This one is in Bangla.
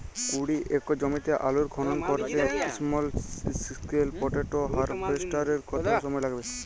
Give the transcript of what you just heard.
কুড়ি একর জমিতে আলুর খনন করতে স্মল স্কেল পটেটো হারভেস্টারের কত সময় লাগবে?